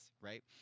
right